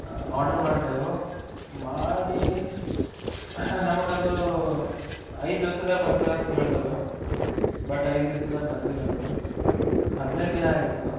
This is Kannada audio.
ಆರ್ಡರ್ ಮಾಡಿದೆವು ಮಾಡಿ ನಮಗದು ಐದು ದಿವಸದಾಗ ಬರ್ತದ ಅಂತ ಹೇಳಿದ್ದರು ಬಟ್ ಐದು ದಿವಸದಾಗ ಬಂದಿಲ್ಲದು ಹದಿನೈದು ದಿನ ಆಯಿತು